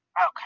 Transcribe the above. Okay